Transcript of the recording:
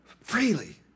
Freely